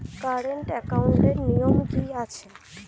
Current একাউন্টের নিয়ম কী আছে?